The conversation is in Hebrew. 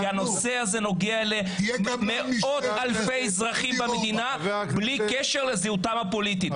כי הנושא הזה נוגע למאות-אלפי אזרחים במדינה בלי קשר לזהותם הפוליטית.